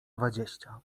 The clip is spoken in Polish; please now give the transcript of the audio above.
dwadzieścia